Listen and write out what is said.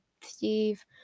Steve